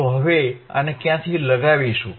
તો હવે આને ક્યાંથી લગાવીશુ